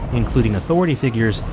including authority figures,